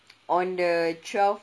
on the twelfth